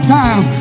time